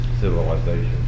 civilization